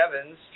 Evans